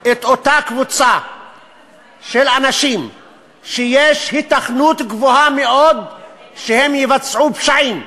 את אותה קבוצה של אנשים שיש היתכנות גבוהה מאוד שהם יבצעו פשעים,